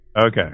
Okay